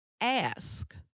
Ask